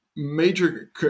major